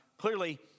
clearly